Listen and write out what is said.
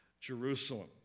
Jerusalem